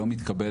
לא מתקבל,